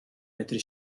medru